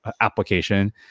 application